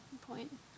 point